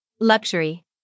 Luxury